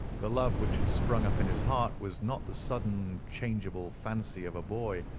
the love which had sprung up in his heart was not the sudden, changeable fancy of a boy,